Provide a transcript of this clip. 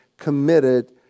committed